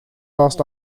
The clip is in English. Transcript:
last